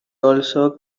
also